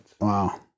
Wow